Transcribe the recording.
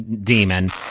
demon